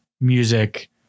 music